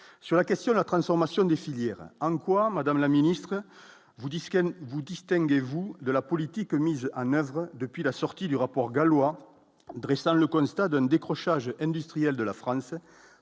sur la question de la transformation des filières en quoi Madame la ministre, vous disquette vous distinguez-vous de la politique mise en oeuvre depuis la sortie du rapport Gallois dressant le constat donne décrochage industriel de la France